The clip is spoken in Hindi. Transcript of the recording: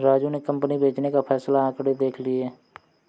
राजू ने कंपनी बेचने का फैसला आंकड़े देख के लिए